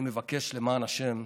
אני מבקש: למען השם,